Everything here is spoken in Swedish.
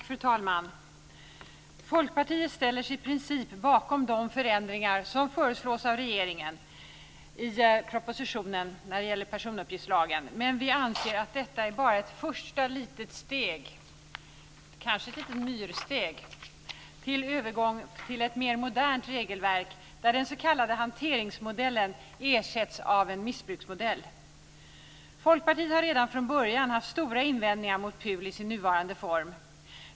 Fru talman! Folkpartiet ställer sig i princip bakom de förändringar som föreslås av regeringen i propositionen när det gäller personuppgiftslagen, men vi anser att detta bara är ett första litet steg - kanske ett litet myrsteg - mot övergången till ett mer modernt regelverk, där den s.k. hanteringsmodellen ersätts av en missbruksmodell. Folkpartiet har redan från början haft stora invändningar mot PUL i dess nuvarande form.